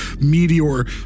Meteor